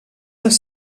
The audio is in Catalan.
les